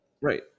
Right